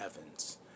Evans